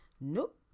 Nope